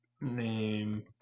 name